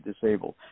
disabled